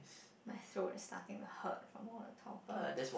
my throat is starting to hurt from all the talking